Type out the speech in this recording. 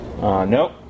Nope